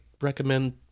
recommend